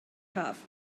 haf